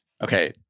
Okay